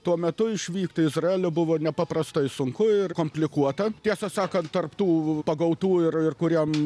tuo metu išvykti į izraelį buvo nepaprastai sunku ir komplikuota tiesą sakant tarp tų pagautų ir ir kuriem